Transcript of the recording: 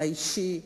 האישי,